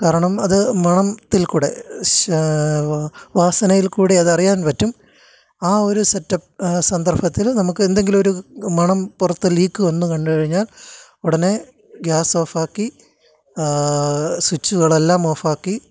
കാരണം അത് മണത്തിൽ കൂടെ വാസനയിൽ കൂടെ അത് അറിയാൻ പറ്റും ആ ഒരു സെറ്റപ്പ് സന്ദർഭത്തിൽ നമുക്ക് എന്തെങ്കിലുമൊരു മണം പുറത്ത് ലീക്ക് വന്നുകണ്ടുകഴിഞ്ഞാൽ ഉടനെ ഗ്യാസ് ഓഫാക്കി സ്വിച്ചുകളെല്ലാം ഓഫാക്കി